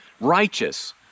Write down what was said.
righteous